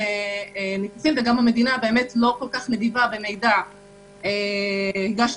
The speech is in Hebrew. כשנתחיל לראות את מקרי האלימות עקב אי-פירעון האשראי,